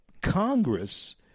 Congress